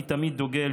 אני תמיד דוגל,